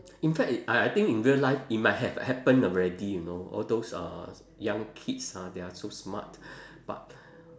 in fact I I think in real life it might have happened already you know all those uh young kids ha they are so smart but